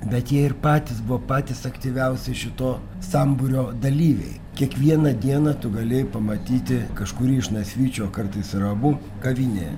bet jie ir patys buvo patys aktyviausi šito sambūrio dalyviai kiekvieną dieną tu galėjai pamatyti kažkurį iš nasvyčių o kartais ir abu kavinėje